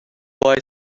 boy